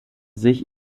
sich